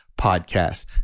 Podcast